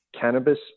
cannabis